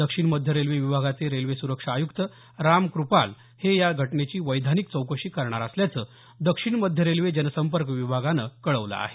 दक्षिण मध्य रेल्वे विभागाचे रेल्वे सुरक्षा आयुक्त राम कृपाल हे या घटनेची वैधानिक चौकशी करणार असल्याचं दक्षिण मध्य रेल्वे जनसंपर्क विभागानं कळवल आहे